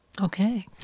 Okay